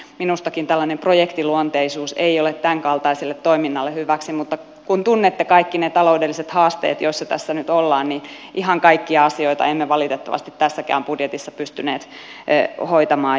minustakin tällainen projektiluonteisuus ei ole tämänkaltaiselle toiminnalle hyväksi mutta kun tunnette kaikki ne taloudelliset haasteet joissa tässä nyt ollaan niin ihan kaikkia asioita emme valitettavasti tässäkään budjetissa pystyneet hoitamaan